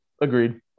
Agreed